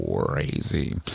crazy